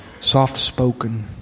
soft-spoken